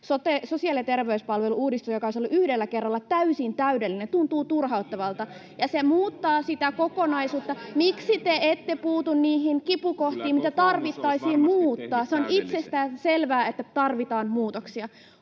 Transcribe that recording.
sosiaali- ja terveyspalvelu-uudistusta, joka olisi ollut yhdellä kerralla täysin täydellinen, tuntuu turhauttavalta, ja se muuttaa sitä kokonaisuutta. [Oikealta: Niinhän te väitätte, että se on!] Miksi te ette puutu niihin kipukohtiin, mitä tarvitsisi muuttaa? Se on itsestäänselvää, että tarvitaan muutoksia.